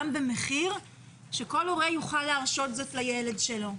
במחיר שכל הורה יוכל להרשות לילד שלו.